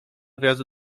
wyjazdu